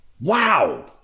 Wow